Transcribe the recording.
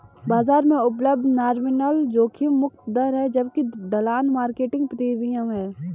बाजार में उपलब्ध नॉमिनल जोखिम मुक्त दर है जबकि ढलान मार्केट प्रीमियम है